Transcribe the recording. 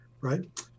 right